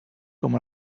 com